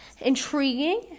intriguing